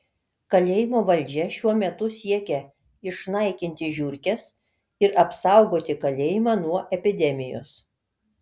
kalėjimo valdžia šiuo metu siekia išnaikinti žiurkes ir apsaugoti kalėjimą nuo epidemijos